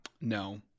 No